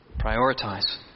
Prioritize